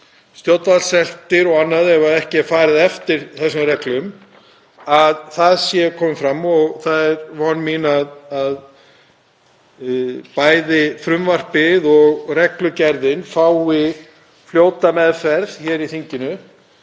stjórnvaldssektir og annað ef ekki er farið eftir þessum reglum sé komið fram. Það er von mín að bæði frumvarpið og reglugerðin fái fljóta meðferð í þinginu